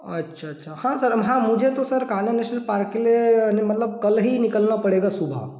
अच्छा अच्छा हाँ सर हाँ मुझे तो सर कान्हा नेशनल पार्क के लिए मतलब कल ही निकलना पड़ेगा सुबह